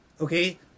Okay